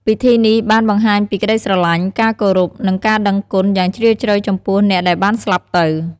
ពិធីនេះបានបង្ហាញពីក្ដីស្រឡាញ់ ការគោរព និងការដឹងគុណ យ៉ាងជ្រាលជ្រៅចំពោះអ្នកដែលបានស្លាប់ទៅ។